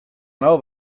nago